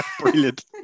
Brilliant